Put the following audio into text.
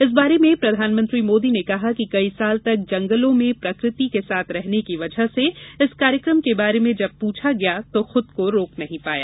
इस बारे में प्रधानमंत्री मोदी ने कहा कि कई साल तक जंगलों में प्रकृति के साथ रहने की वजह से इस कार्यक्रम के बारे में जब पूछा गया तो खूद को रोक नहीं पाया